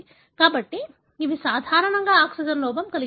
కాబట్టి ఇవి సాధారణంగా ఆక్సిజన్ లోపం కలిగి ఉంటాయి